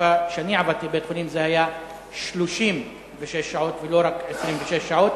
ובתקופה שאני עבדתי בבית-חולים זה היה 36 שעות ולא רק 26 שעות,